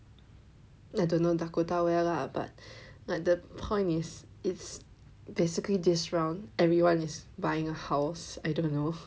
I don't know Dakota where lah but like the point is it's basically this round everyone is buying a house I don't know